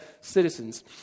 citizens